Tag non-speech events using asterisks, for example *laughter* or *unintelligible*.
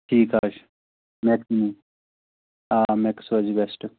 ٹھیٖک حظ چھُ *unintelligible* آ مٮ۪کٕس روزی بٮ۪سٹ